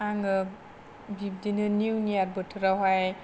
आङो बिब्दिनो निउ यार बोथोरावहाय